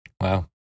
Wow